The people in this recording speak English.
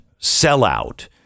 sellout